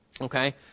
Okay